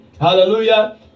hallelujah